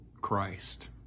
Christ